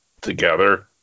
together